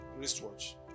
wristwatch